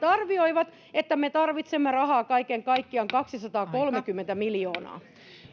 arvioivat että me tarvitsemme rahaa kaiken kaikkiaan kaksisataakolmekymmentä miljoonaa